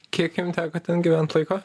kiek jum teko ten gyvent laiko